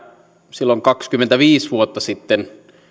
silloin kaksikymmentäviisi vuotta sitten